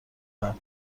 بعد